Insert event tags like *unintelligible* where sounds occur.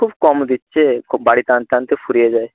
খুব কম দিচ্ছে *unintelligible* বাড়ি টানতে টানতে ফুরিয়ে যায়